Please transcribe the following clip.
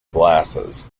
glasses